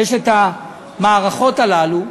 המערכות הללו,